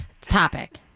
topic